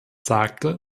sagte